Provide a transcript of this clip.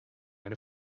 mind